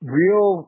real